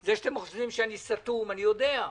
זה שאתם חושבים שאני סתום, אני יודע,